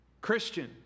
Christian